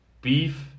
beef